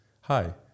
Hi